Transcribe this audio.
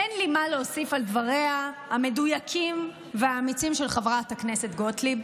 אין לי מה להוסיף על דבריה המדויקים והאמיצים של חברת הכנסת גוטליב,